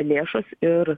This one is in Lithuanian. lėšos ir